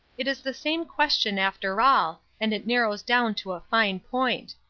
it is the same question after all, and it narrows down to a fine point.